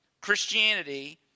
Christianity